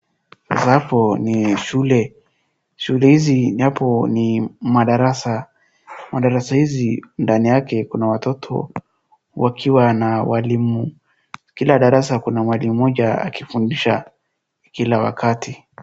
Sassa hapo ni shule. Shule hizi napo ni madarasa. Madarasa hizi ndani yake kuna watoto wakiwa na walimu. Kila darasa kuna mwalimu mmoja akifundisha kila wakati.